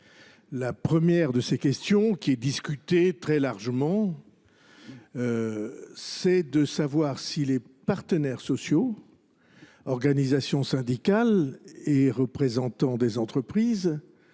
La première, qui est discutée très largement, est de savoir si les partenaires sociaux, organisations syndicales et représentants des entreprises,